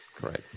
Correct